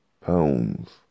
pounds